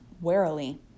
warily